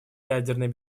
ядерной